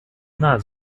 дна